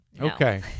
okay